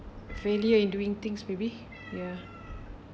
failure in doing things maybe ya